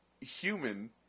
human